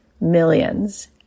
millions